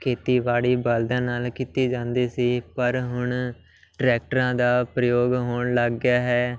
ਖੇਤੀਬਾੜੀ ਬਲਦਾਂ ਨਾਲ ਕੀਤੀ ਜਾਂਦੀ ਸੀ ਪਰ ਹੁਣ ਟਰੈਕਟਰਾਂ ਦਾ ਪ੍ਰਯੋਗ ਹੋਣ ਲੱਗ ਗਿਆ ਹੈ